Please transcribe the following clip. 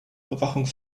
bewachung